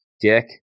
Dick